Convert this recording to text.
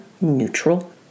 neutral